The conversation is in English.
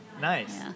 nice